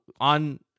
on